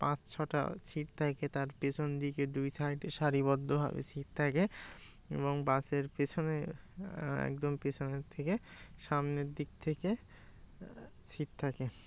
পাঁচ ছটা সিট থাকে তার পিছনের দিকে দুই সাইডে সারিবদ্ধ ভাবে সিট থাকে এবং বাসের পিছনে একদম পিছনের থেকে সামনের দিক থেকে সিট থাকে